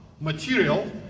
material